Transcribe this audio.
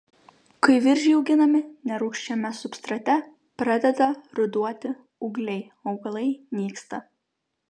kai viržiai auginami nerūgščiame substrate pradeda ruduoti ūgliai augalai nyksta